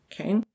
Okay